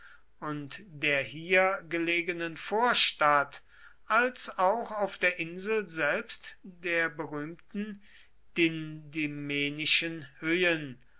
und der hier gelegenen vorstadt als auch auf der insel selbst der berühmten dindymenischen höhen